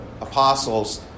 apostles